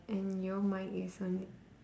and your mic is onl~